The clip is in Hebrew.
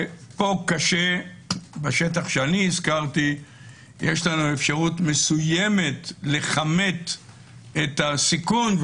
בשטח שאני הזכרתי יש לנו אפשרות מסוימת לכמת את הסיכון,